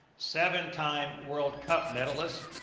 seven-time world cup medalist,